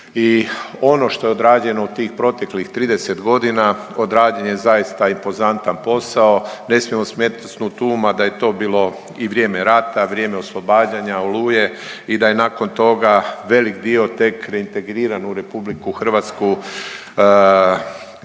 i ono što je odrađeno u tih proteklih 30 godina odrađen je zaista impozantan posao. Ne smijemo smetnut s uma da je to bilo i vrijeme rata, vrijeme oslobađanja Oluje i da je nakon toga velik dio tek reintegriran u RH tek 1998.